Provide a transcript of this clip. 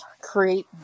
create